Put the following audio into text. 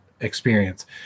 experience